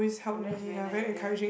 oh that's very nice ya